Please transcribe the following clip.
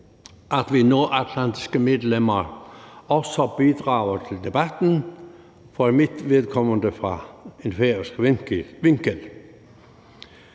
at vi nordatlantiske medlemmer også bidrager til debatten, for mit vedkommende fra en færøsk vinkel.